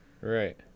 Right